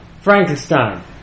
Frankenstein